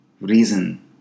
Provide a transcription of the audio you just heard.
reason